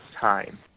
time